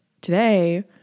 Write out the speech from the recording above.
today